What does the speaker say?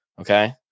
Okay